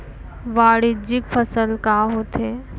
वाणिज्यिक फसल का होथे?